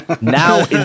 Now